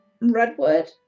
redwood